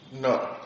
No